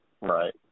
right